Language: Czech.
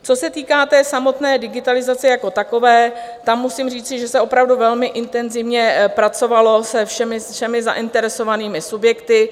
Co se týká samotné digitalizace jako takové, tam musím říci, že se opravdu velmi intenzivně pracovalo se všemi zainteresovanými subjekty.